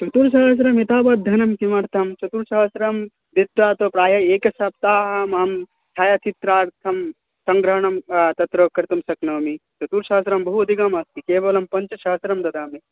चतुस्सहस्रम् एतावत् धनं किमर्थं चतुस्सहस्रं व्यस्तात् प्रायः एकसप्ताहम् अहं छायाचित्रार्थं सङ्ग्रहणं तत्र कर्तुं शक्नोमि चतुस्सहस्रं बहु अधिकम् अस्ति केवलं पञ्चसहस्रं ददामि